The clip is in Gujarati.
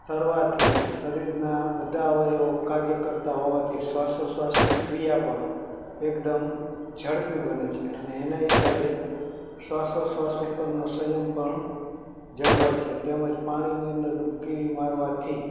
તરવાથી શરીરના બધાં અવયવો કાર્ય કરતા હોવાથી શ્વાસોચ્છવાસની ક્રિયા પણ એકદમ ઝડપી બને છે અને એના હિસાબે શ્વાસોચ્છવાસ ઉપરનો સંયમ પણ જળવાય છે તેમજ પાણીની અંદર ડુબકી મારવાથી